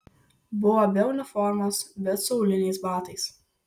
buvo be uniformos bet su auliniais batais